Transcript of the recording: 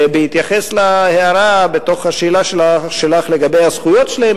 ובהתייחס להערה בתוך השאלה שלך לגבי הזכויות שלהם,